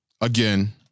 again